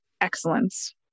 excellence